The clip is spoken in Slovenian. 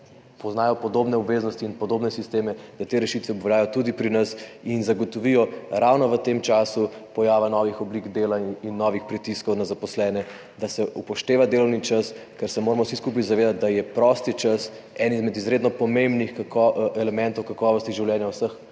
poznajo podobne obveznosti in podobne sisteme, da te rešitve obveljajo tudi pri nas in zagotovijo ravno v tem času pojava novih oblik dela in novih pritiskov na zaposlene, da se upošteva delovni čas, ker se moramo vsi skupaj zavedati, da je prosti čas eden izmed izredno pomembnih elementov kakovosti življenja vseh